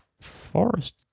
forest